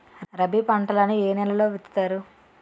రబీ పంటలను ఏ నెలలో విత్తుతారు?